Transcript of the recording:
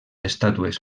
estàtues